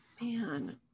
Man